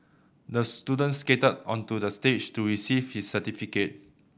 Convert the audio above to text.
the student skated onto the stage to receive his certificate